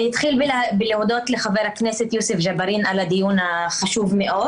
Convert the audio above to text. אני אתחיל בתודות לחבר הכנסת יוסף ג'בארין על הדיון החשוב מאוד.